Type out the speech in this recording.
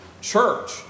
Church